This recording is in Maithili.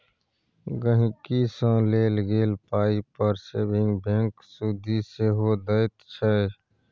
गांहिकी सँ लेल गेल पाइ पर सेबिंग बैंक सुदि सेहो दैत छै